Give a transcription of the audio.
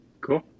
Cool